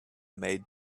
made